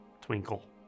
twinkle